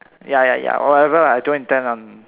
ya ya ya whatever lah I don't intend lah